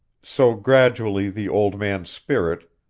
so gradually the old man's spirit,